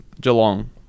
Geelong